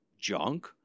junk